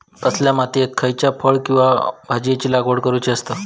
कसल्या मातीयेत खयच्या फळ किंवा भाजीयेंची लागवड करुची असता?